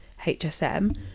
HSM